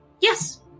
Yes